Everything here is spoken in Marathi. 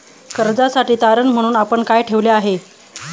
कर्जासाठी तारण म्हणून आपण काय ठेवले आहे?